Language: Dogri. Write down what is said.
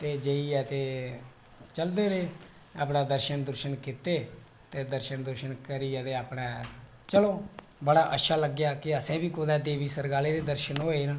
ते इयै ते चलदे रेह् अपने दर्शन दूर्शन कीते ते दर्शन दूर्शन करियै ते अपने चलो बड़ा अच्छा लग्गेआ कि कुदे देवी सरगाले दर्शन होऐ ना